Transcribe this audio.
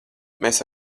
mēs